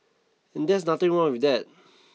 and that's nothing wrong with that